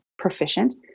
proficient